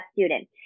student